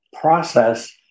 process